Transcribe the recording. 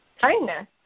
kindness